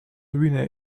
winner